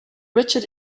richard